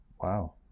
Wow